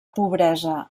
pobresa